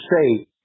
say